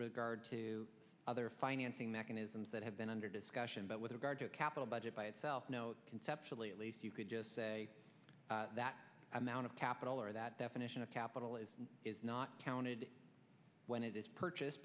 regard to other financing mechanisms that have been under discussion but with regard to capital budget by itself conceptually at least you could just say that amount of capital or that definition of capitalism is not counted when it is purchased